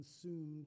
consumed